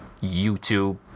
YouTube